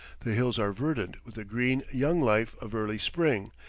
the hills are verdant with the green young life of early spring,